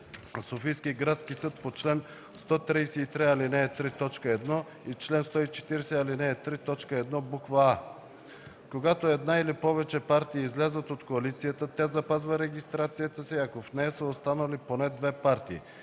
Софийския градски съд по чл. 133, ал. 3, т. 1 и чл. 140, ал. 3, т. 1, буква „а”; когато една или повече партии излязат от коалицията, тя запазва регистрацията си, ако в нея са останали поне две партии;